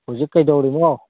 ꯍꯧꯖꯤꯛ ꯀꯩꯗꯧꯔꯤꯅꯣ